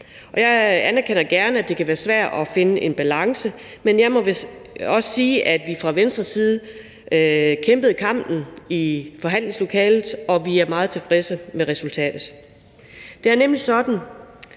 jeg anerkender gerne, at det kan være svært at finde en balance, men jeg må også sige, at vi fra Venstres side kæmpede kampen i forhandlingslokalet, og vi er meget tilfredse med resultatet. Det er nemlig sådan,